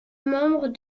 membre